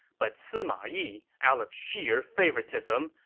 but sima yi, out of sheer favoritism,